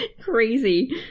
Crazy